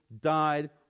died